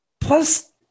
Plus